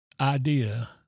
idea